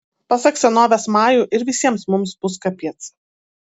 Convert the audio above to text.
pasak senovės majų ir visiems mums bus kapec